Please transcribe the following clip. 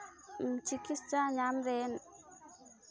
ᱪᱤᱠᱤᱛᱥᱟ ᱧᱟᱢ ᱨᱮᱱ